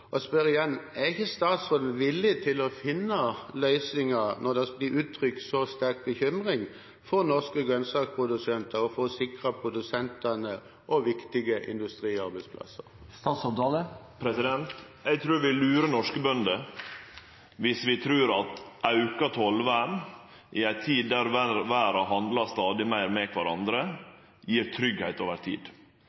Jeg spør igjen: Er ikke statsråden villig til å finne løsninger, når det blir uttrykt en så sterk bekymring for norske grønnsakprodusenter, for å sikre produsentene og sikre viktige industriarbeidsplasser? Eg trur vi lurer norske bønder dersom vi trur at auka tollvern i ei tid då landa i verda handlar stadig meir med